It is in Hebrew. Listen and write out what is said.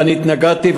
ואני התנגדתי,